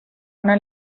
una